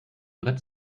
brett